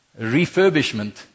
refurbishment